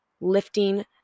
Lifting